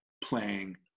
playing